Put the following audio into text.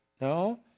No